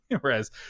Whereas